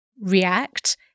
react